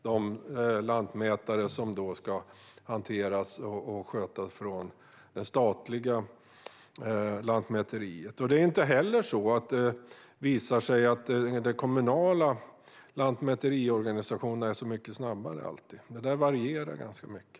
Andra lantmätare ska då sköta det statliga lantmäteriet. Det är inte heller så att den kommunala lantmäteriorganisationen alltid är så mycket snabbare. Det varierar ju ganska mycket.